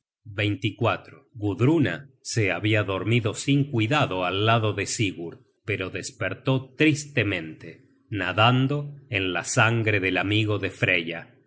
el sitio gudruna se habia dormido sin cuidado al lado de sigurd pero despertó tristemente nadando en la sangre del amigo de freya